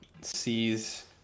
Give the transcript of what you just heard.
sees